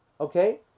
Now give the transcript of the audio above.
okay